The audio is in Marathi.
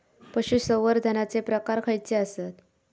पशुसंवर्धनाचे प्रकार खयचे आसत?